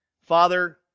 Father